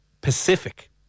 Pacific